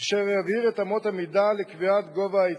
אשר יבהיר את אמות המידה לקביעת גובה העיצום.